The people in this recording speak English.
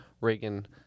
Reagan